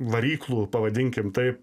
varyklų pavadinkim taip